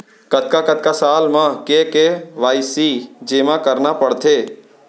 कतका कतका साल म के के.वाई.सी जेमा करना पड़थे?